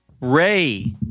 Ray